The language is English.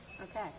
Okay